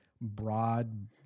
broad